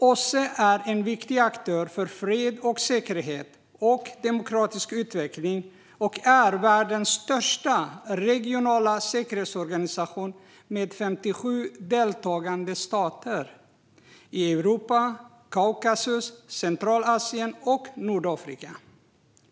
OSSE är en viktig aktör för fred och säkerhet och demokratisk utveckling. Det är världens största regionala säkerhetsorganisation, med 57 deltagande stater i Europa, Kaukasus, Centralasien och Nordamerika.